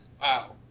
Wow